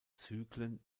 zyklen